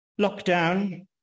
Lockdown